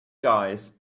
guys